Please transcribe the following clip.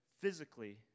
physically